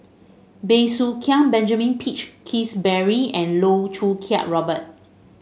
Bey Soo Khiang Benjamin Peach Keasberry and Loh Choo Kiat Robert